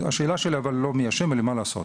השאלה שלי גם כן לא מי אשם, אלא מה לעשות?